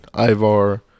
Ivar